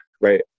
right